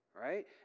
right